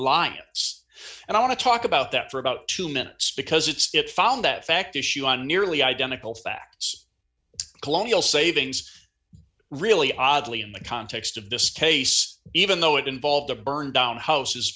reliance and i want to talk about that for about two minutes because it's it found that fact issue on nearly identical facts colonial savings really oddly in the context of this case even though it involved a burn down houses